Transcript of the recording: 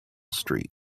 street